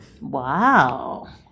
Wow